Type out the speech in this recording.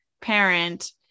parent